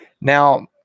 Now